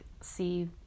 see